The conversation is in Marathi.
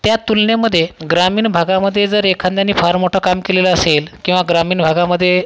त्या तुलनेमध्ये ग्रामीण भागामध्ये जर एखाद्याने फार मोठं काम केलेलं असेल किंवा ग्रामीण भागामध्ये